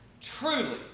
truly